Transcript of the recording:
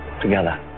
Together